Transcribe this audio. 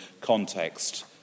context